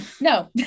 no